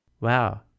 Wow